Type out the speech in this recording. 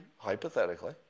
hypothetically